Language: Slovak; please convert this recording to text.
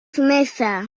mäsa